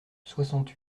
soixante